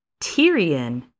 Tyrion